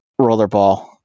Rollerball